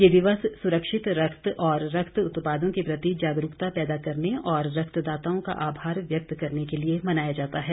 यह दिवस सुरक्षित रक्त और रक्त उत्पादों के प्रति जागरूकता पैदा करने और रक्तदाताओं का आभार व्यक्त करने के लिए मनाया जाता है